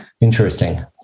Interesting